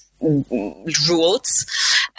Rules